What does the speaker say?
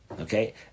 Okay